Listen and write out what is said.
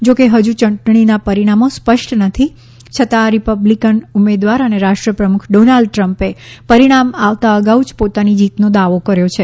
જો કે હજુ ચૂંટણીના પરિણામો સ્પષ્ટ નથી છતાં રીપબ્લીકન ઉમેદવાર અને રાષ્ટ્રપ્રમુખ ડોનાલ્ડ ટ્રમ્પે પરિણામ આવતાં અગાઉ જ પોતાની જીતનો દાવો કર્યો છે